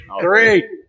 Three